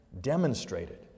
demonstrated